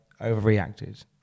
overreacted